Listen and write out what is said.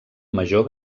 major